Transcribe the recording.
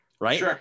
right